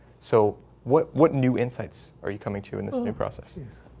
so what what new insights are you coming to in this new process?